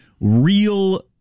real